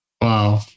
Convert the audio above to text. Wow